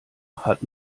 hat